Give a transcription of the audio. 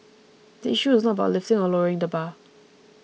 the issue is not about lifting or lowering the bar